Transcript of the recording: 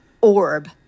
orb